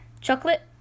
Chocolate